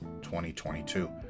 2022